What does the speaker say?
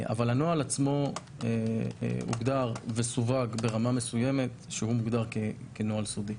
אבל הנוהל עצמו הוגדר וסווג ברמה מסוימת שהוא מוגדר כנוהל סודי.